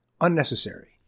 unnecessary